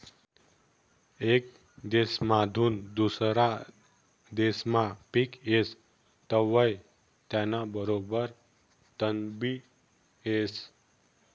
येक देसमाधून दुसरा देसमा पिक येस तवंय त्याना बरोबर तणबी येस